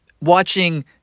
watching